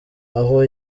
aho